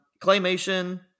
Claymation